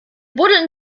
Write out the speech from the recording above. buddeln